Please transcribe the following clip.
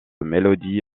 mélodie